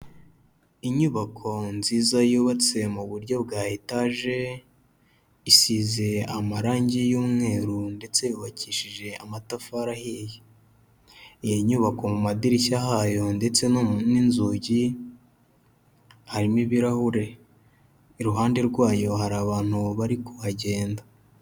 Inyubako nziza yubatse mu buryo bwa etaje, isize amarangi y'umweru ndetse yubakishije amatafari ahiye, iyi nyubako mu madirishya hayo ndetse n'inzugi harimo ibirahure, iruhande rwayo hari abantu bari kuhagenda.